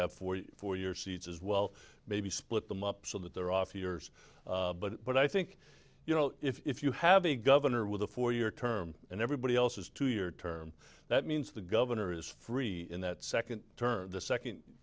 have for you for your seats as well maybe split them up so that they're off yours but i think you know if you have a governor with a four year term and everybody else is to your term that means the governor is free in that second term the second